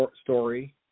story